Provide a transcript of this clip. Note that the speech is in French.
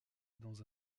dans